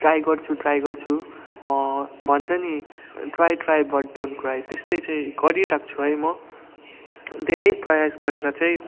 try गर्छु try गर्छु भन्छ नि try try but don't cry त्यस्तै चाहिँ गरिरहन्छु है म धेरै प्रयास गरेर चाहिँ